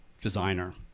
designer